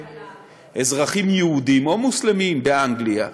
אזרחים יהודים או מוסלמים באנגליה,